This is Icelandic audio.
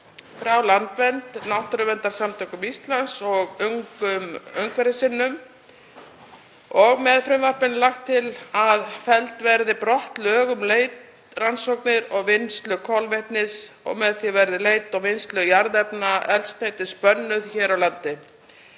frá Landvernd, Náttúruverndarsamtökum Íslands og Ungum umhverfissinnum. Með frumvarpinu er lagt til að felld verði brott lög um leit, rannsóknir og vinnslu kolvetnis, nr. 13/2001, og með því verði leit og vinnsla jarðefnaeldsneytis bönnuð hér á landi.